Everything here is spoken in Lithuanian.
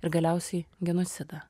ir galiausiai genocidą